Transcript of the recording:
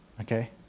okay